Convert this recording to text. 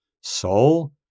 Soul